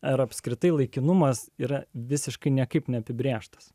ar apskritai laikinumas yra visiškai niekaip neapibrėžtas